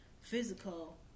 physical